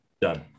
done